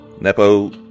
Nepo